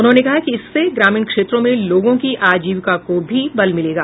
उन्होंने कहा कि इससे ग्रामीण क्षेत्रों में लोगों की आजीविका को भी बल मिलेगा